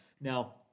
Now